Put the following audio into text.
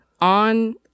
on